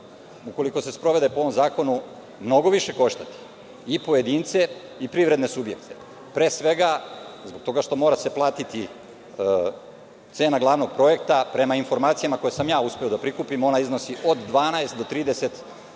ukoliko se sprovede po ovom zakonu mnogo više koštati i pojedince i privredne subjekte. Zbog toga što mora da se plati cena glavnog projekta. Prema informacijama koje sam ja uspeo da prikupim ona iznosi od 12 do 30 evra